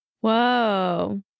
whoa